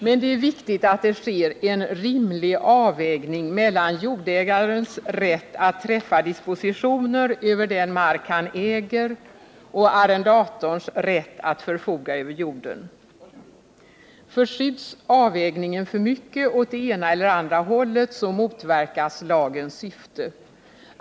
Men det är viktigt att det sker en rimlig avvägning mellan jordägarens rätt att träffa dispositioner över den mark han äger och arrendatorns rätt att förfoga över jorden. Förskjuts avvägningen för mycket åt det ena eller det andra hållet motverkas lagens syfte.